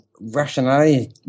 rationality